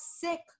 sick